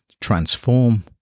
transform